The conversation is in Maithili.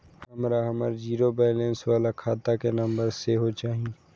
हमरा हमर जीरो बैलेंस बाला खाता के नम्बर सेहो चाही